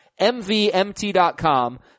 mvmt.com